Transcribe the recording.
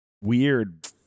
weird